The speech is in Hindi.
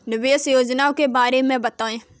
निवेश योजनाओं के बारे में बताएँ?